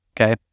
okay